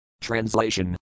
TRANSLATION